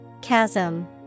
Chasm